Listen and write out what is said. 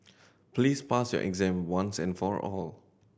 please pass your exam once and for all